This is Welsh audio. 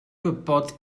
gwybod